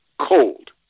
cold